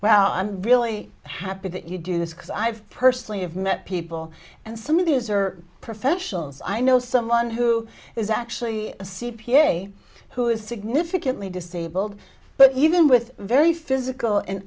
well i'm really happy that you do this because i've personally have met people and some of these are professionals i know someone who is actually a c p a who is significantly disabled but even with very physical an